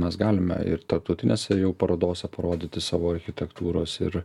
mes galime ir tarptautinėse parodose parodyti savo architektūros ir